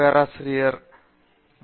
பேராசிரியர் வி